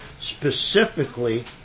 specifically